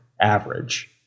average